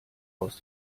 aus